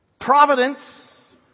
Providence